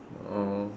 oh